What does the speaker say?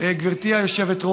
אדוני השר, גברתי היושבת-ראש,